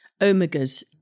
omegas